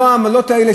אם לא העמלות האלה,